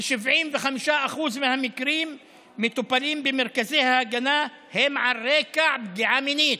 כ-75% מהמקרים המטופלים במרכזי ההגנה הם על רקע פגיעה מינית.